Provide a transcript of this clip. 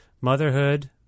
motherhood